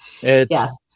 Yes